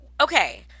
Okay